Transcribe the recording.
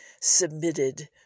submitted